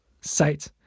site